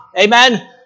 Amen